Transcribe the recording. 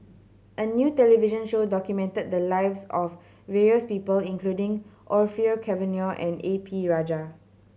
a new television show documented the lives of various people including Orfeur Cavenagh and A P Rajah